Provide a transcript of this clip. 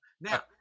Now